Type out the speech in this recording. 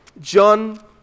John